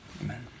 Amen